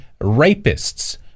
rapists